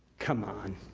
come on.